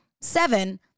seven